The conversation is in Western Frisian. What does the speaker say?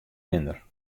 minder